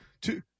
two